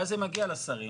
ואז זה מגיע לשרים,